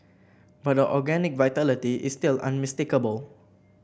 but the organic vitality is still unmistakable